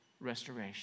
restoration